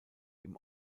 ihm